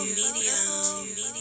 medium